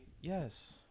yes